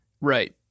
right